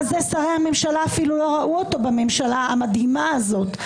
זה השרים לא ראו אותו בממשלה המדהימה הזאת.